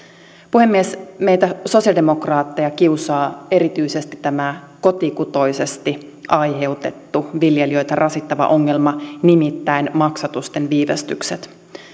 puhemies meitä sosialidemokraatteja kiusaa erityisesti tämä kotikutoisesti aiheutettu viljelijöitä rasittava ongelma nimittäin maksatusten viivästykset